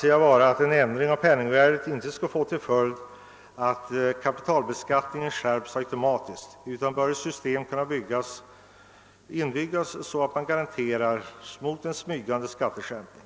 bör vara att en ändring av penningvärdet inte skall få till följd att kapitalbeskattningen skärps automatiskt. I stället bör ett system kunna utformas som ger garantier mot en smygande skatteskärpning.